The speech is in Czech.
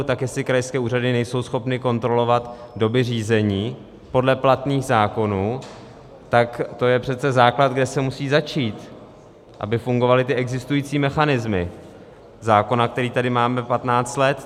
Tak jestli krajské úřady nejsou schopny kontrolovat doby řízení podle platných zákonů, tak to je přece základ, kde se musí začít, aby fungovaly existující mechanismy zákona, který tady máme 15 let.